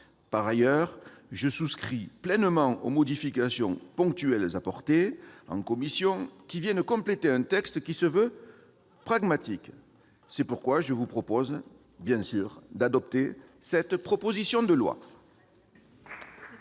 Par ailleurs, je souscris pleinement aux modifications ponctuelles apportées en commission, qui viennent compléter un texte qui se veut pragmatique. C'est pourquoi je vous propose d'adopter cette proposition de loi.